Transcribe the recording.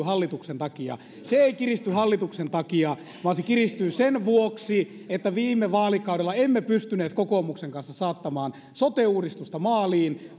hallituksen takia se ei kiristy hallituksen takia vaan se kiristyy sen vuoksi että viime vaalikaudella emme pystyneet kokoomuksen kanssa saattamaan sote uudistusta maaliin